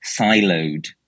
siloed